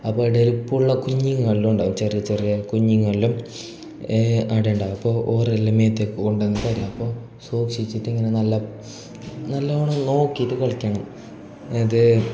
അപ്പോൾ ഇടയിൽ പുള്ള കുഞ്ഞുങ്ങളെല്ലാം ഉണ്ടാകും ചെറിയ ചെറിയ കുഞ്ഞുങ്ങളും ആടെ ഉണ്ടാകും അപ്പോൾ ഓരെല്ലാം മേത്തേക്ക് കൊണ്ടു വന്നു തരിക അപ്പോൾ സൂക്ഷിച്ചിട്ടിങ്ങനെ നല്ല നല്ലവണ്ണം നോക്കിയിട്ട് കളിക്കണം ഇത്